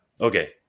Okay